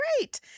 great